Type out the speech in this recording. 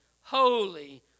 holy